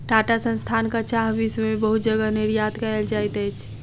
टाटा संस्थानक चाह विश्व में बहुत जगह निर्यात कयल जाइत अछि